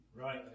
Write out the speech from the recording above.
Right